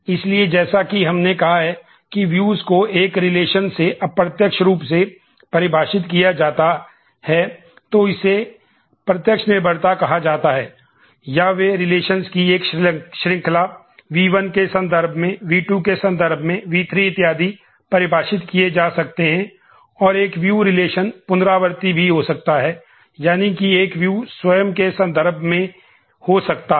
इसलिए जैसा कि हमने कहा है कि व्यूज स्वयं के संदर्भ में हो सकता है